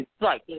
Right